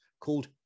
called